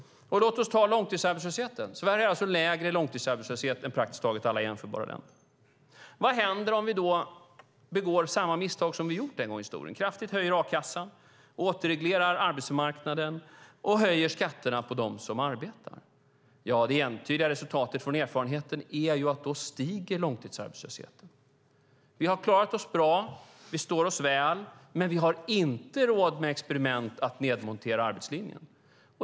Låt oss se på långtidsarbetslösheten. Sverige har alltså lägre långtidsarbetslöshet än praktiskt taget alla jämförbara länder. Vad händer om vi begår samma misstag som tidigare i historien, om vi kraftigt höjer a-kassan, återreglerar arbetsmarknaden och höjer skatterna för dem som arbetar? Det entydiga resultatet, visar erfarenheten, blir att långtidsarbetslösheten ökar. Vi har klarat oss bra, vi står oss väl, men vi har inte råd med experimentet att nedmontera arbetslinjen.